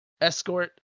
escort